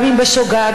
גם בשוגג,